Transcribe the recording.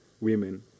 women